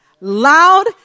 loud